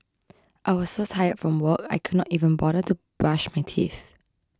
I was so tired from work I could not even bother to brush my teeth